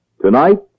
Tonight